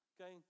okay